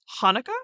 Hanukkah